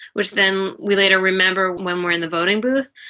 which then we later remember when we are in the voting booth.